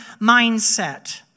mindset